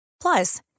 plus